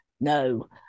No